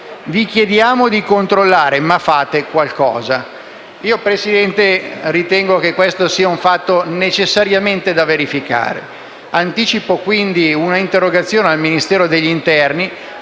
Vi chiediamo di controllare, ma fate qualcosa». Signor Presidente, ritengo che questo fatto sia necessariamente da verificare. Anticipo quindi un’interrogazione al Ministro dell’interno,